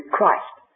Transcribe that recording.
Christ